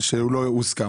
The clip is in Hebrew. שלא הוסכם.